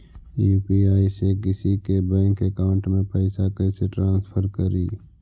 UPI से किसी के बैंक अकाउंट में पैसा कैसे ट्रांसफर करी?